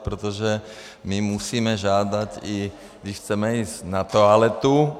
Protože my musíme žádat, i když chceme jít na toaletu.